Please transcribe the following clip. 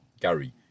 Gary